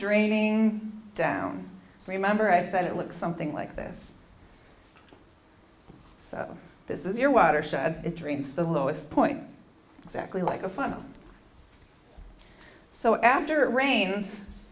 draining down remember i said it looks something like this this is your watershed it drains the lowest point exactly like a funnel so after it rains